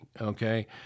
Okay